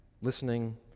listening